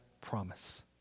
promise